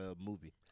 movie